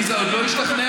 עליזה עוד לא השתכנעה?